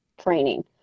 training